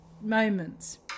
moments